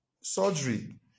surgery